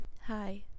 Hi